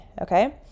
okay